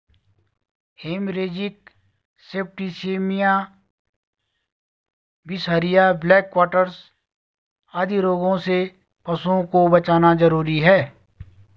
haemorrhagic septicaemia, बिसहरिया, black quarters आदि रोगों से पशुओं को बचाना जरूरी है